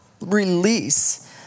release